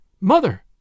Mother